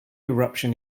eruption